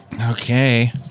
Okay